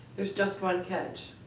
there's just one catch,